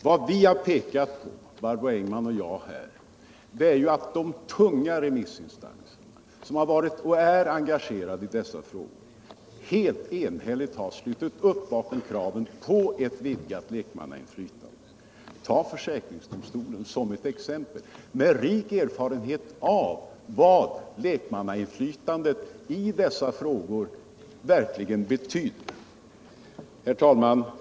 Vad Barbro Engman och jag har pekat på är ju att de tunga remissinstanser som har varit och är engagerade i denna fråga enhälligt har slutit upp bakom kraven på ett vidgat lekmannainflytande. Ta försäkringsdomstolen som ett exempel med rik erfarenhet av vad lekmannainflytandet i dessa frågor verkligen betyder!